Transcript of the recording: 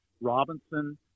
Robinson